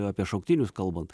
apie šauktinius kalbant